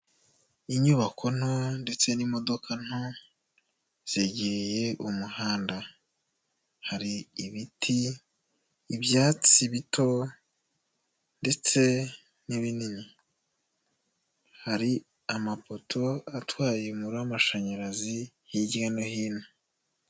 Inyubako nto ndetse n'imodoka nto, zegeye umuhanda. Hari ibiti, ibyatsi bito ndetse n'ibini. Hari amapoto atwaye umuriro w'amashanyarazi hirya no hino.